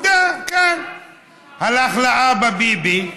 הוא הלך לאבא ביבי.